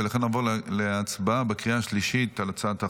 לכן נעבור להצבעה בקריאה השלישית על הצעת החוק,